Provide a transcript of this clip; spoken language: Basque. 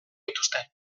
dituzte